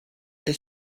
est